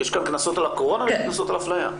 יש כאן קנסות על הקורונה וקנסות על אפליה.